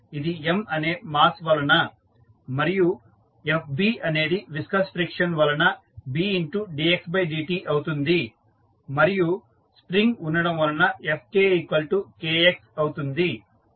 ఇది M అనే mass వలన మరియు Fb అనేది విస్కస్ ఫ్రిక్షన్ వలన Bdxdt అవుతుంది మరియు స్ప్రింగ్ ఉండడం వలన FkKx అవుతుంది